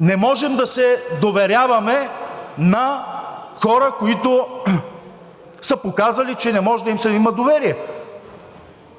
Не можем да се доверяваме на хора, които са показали, че не може да им се има доверие.